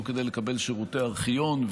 לא כדי לקבל שירותי ארכיון,